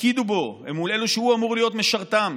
מול אלו שהוא אמור להיות משרתם,